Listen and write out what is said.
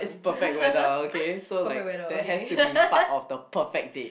perfect weather okay so like that has to be part of the perfect date